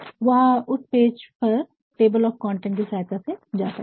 वह उस पेज पर टेबल ऑफ कंटेंट की सहायता से जा सकते हैं